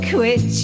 Quit